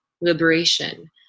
liberation